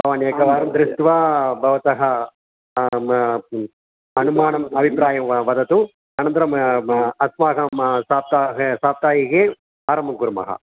भवानेकवारं दृष्ट्वा भवतः म अनुमानम् अभिप्रायं वदतु अनन्तरं अस्माकं साप्ताहे साप्ताहिके प्रारम्भं कुर्मः